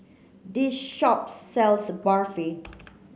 this shop sells Barfi